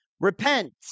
repent